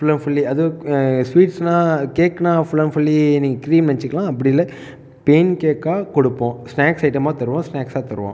full and fully அது ஸ்வீட்ஸெல்லாம் கேக்குன்னா ஃபுல் அண்ட் ஃபுல்லி நீங்கள் க்ரீமுன்னு நெனைச்சிக்கலாம் அப்படி இல்லை ப்ளேன் கேக்காக கொடுப்போம் ஸ்நாக்ஸ் ஐட்டமாக தருவோம் ஸ்னாக்ஸாக தருவோம்